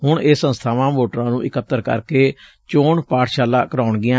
ਹੁਣ ਇਹ ਸੰਸਬਾਵਾਂ ਵੋਟਰਾਂ ਨੂੰ ਇਕੱਤਰ ਕਰਕੇ ਚੋਣ ਪਾਠਸ਼ਾਲਾ ਕਰਾਉਣਗੀਆਂ